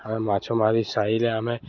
ଆମେ ମାଛ ମାରି ସାଇରେ ଆମେ